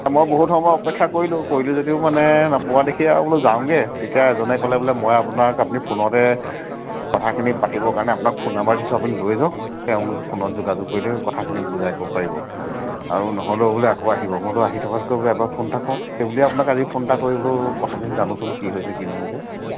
মই বহুত সময়ৰ অপেক্ষা কৰিলোঁ কৰিলোঁ যদিও মানে নেপোৱা দেখি আৰু বোলো যাওঁগৈ তেতিয়া এজনে ক'লে বোলে মই আপোনাক আপুনি ফোনতে কথাখিনি পাতিবৰ কাৰণে আপোনাক ফোন নাম্বাৰ দিছোঁ আপুনি লৈ যাওক তেওঁক ফোনত যোগাযোগ কৰিলেও কথাখিনি বুজাই ক'ব পাৰিব আৰু নহ'লেও বোলে আকৌ আহিব মই বোলো আহি থকাতকৈ বোলো এবাৰ ফোন এটা কৰোঁ সেইবুলিয়ে আপোনাক আজি ফোন এটা কৰি বোলো কথাখিনি জানোচোন কি হৈছে কি নহৈছে